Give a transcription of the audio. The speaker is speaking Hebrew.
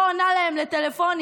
לא עונה להם לטלפונים,